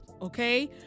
Okay